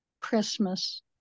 Christmas